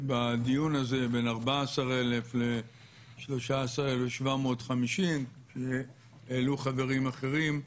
בדיון הזה בין 14,000 ל-13,750 שהעלו חברים אחרים,